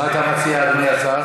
מה אתה מציע, אדוני השר?